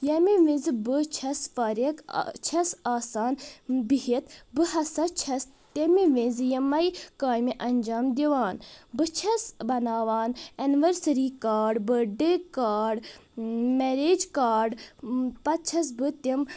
ییٚمہِ وِزِ بہٕ چھس فٲرِغ چھس آسان بِہِتھ بہٕ ہسا چھس تمہِ وِزِ یِمے کامہِ انجام دِوان بہٕ چھس بناوان anniversary card birthday card marriage card پتہٕ چھس بہٕ تِم